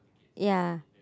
ya